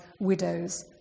widows